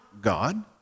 God